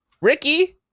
Ricky